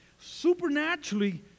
supernaturally